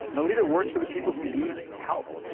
and a leader works for the people who need help.